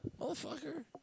motherfucker